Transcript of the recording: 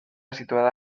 situada